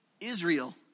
Israel